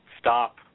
stop